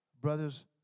brothers